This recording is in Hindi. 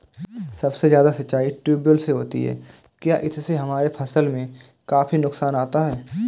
सबसे ज्यादा सिंचाई ट्यूबवेल से होती है क्या इससे हमारे फसल में काफी नुकसान आता है?